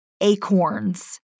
Acorns